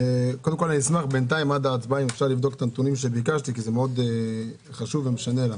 אשמח עד ההצבעה לבדוק את הנתונים שביקשתי זה חשוב לנו.